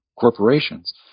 corporations